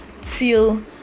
till